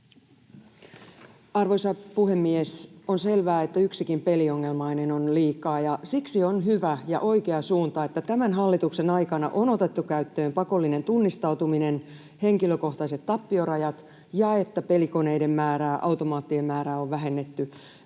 Arvoisa puhemies! On selvää, että yksikin peliongelmainen on liikaa, ja siksi on hyvä ja oikea suunta, että tämän hallituksen aikana on otettu käyttöön pakollinen tunnistautuminen ja henkilökohtaiset tappiorajat ja että pelikoneiden määrää, automaattien määrää on vähennetty.